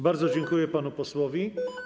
Bardzo dziękuję panu posłowi.